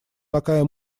такая